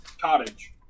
cottage